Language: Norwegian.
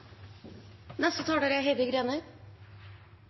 Neste taler er